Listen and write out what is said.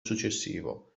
successivo